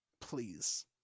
Please